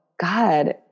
God